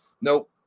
Nope